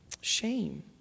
shame